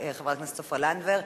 חברת הכנסת סופה לנדבר.